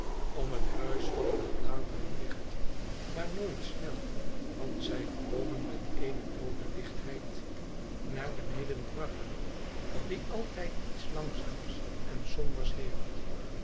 om het huis vallen de bladeren dicht maar nooit snel want zij komen met eene doode lichtheid naar beneden dwarrelen die altijd iets langzaams en sombers heeft